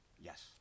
Yes